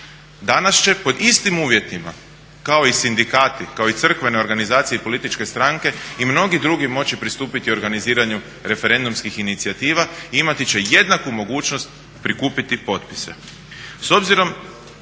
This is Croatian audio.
Danas će pod istim uvjetima kao i sindikati, kao i crkvene organizacije i političke stranke i mnogi drugi moći pristupiti organiziranju referendumskih inicijativa i imati će jednaku mogućnost prikupiti potpise.